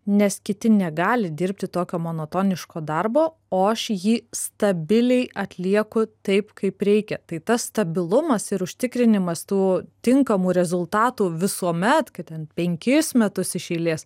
nes kiti negali dirbti tokio monotoniško darbo o aš jį stabiliai atlieku taip kaip reikia tai tas stabilumas ir užtikrinimas tų tinkamų rezultatų visuomet kad ten penkis metus iš eilės